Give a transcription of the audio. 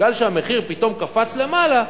מפני שהמחיר פתאום קפץ למעלה,